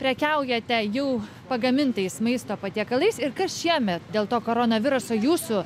prekiaujate jau pagamintais maisto patiekalais ir kas šiemet dėl to koronaviruso jūsų